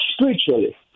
spiritually